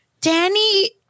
danny